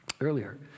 earlier